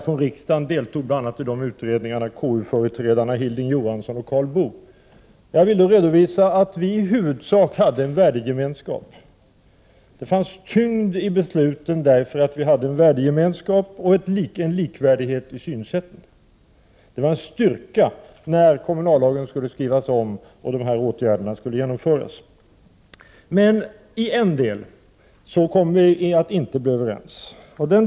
Från riksdagen deltog i de utredningarna bl.a. KU-företrädarna Hilding Johansson och Karl Boo. Jag vill redovisa att vi i huvudsak hade en värdegemenskap. Det fanns tyngd i besluten därför att vi hade en värdegemenskap och samstämmiga synsätt. Det var en styrka när kommunallagen skulle skrivas om och dessa åtgärder genomföras. I en fråga blev vi emellertid inte överens.